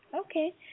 Okay